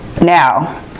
Now